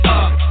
up